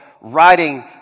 writing